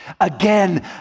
again